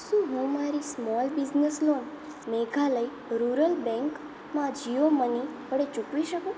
શું હું મારી small business loan Meghalaya rural બેંકમાં જીઓ મની વડે ચૂકવી શકું